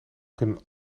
kunnen